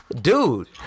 Dude